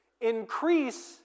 Increase